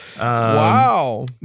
Wow